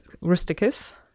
Rusticus